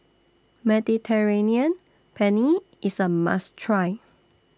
Mediterranean Penne IS A must Try